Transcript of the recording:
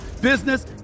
business